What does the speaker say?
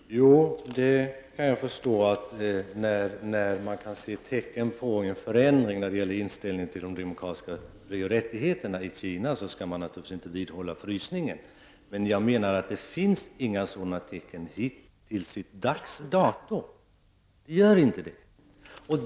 Herr talman! Jo, det kan jag förstå. När man kan se tecken på en förändring då det gäller inställningen till de demokratiska frioch rättigheterna i Kina, skall man naturligtvis inte vidhålla frysningen. Jag menar dock att det ännu så länge inte finns några tecken på att så skulle vara fallet.